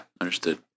Understood